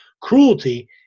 cruelty